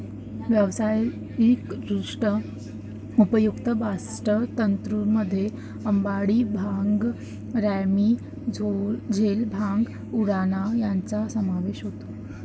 व्यावसायिकदृष्ट्या उपयुक्त बास्ट तंतूंमध्ये अंबाडी, भांग, रॅमी, रोझेल, भांग, उराणा यांचा समावेश होतो